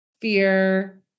fear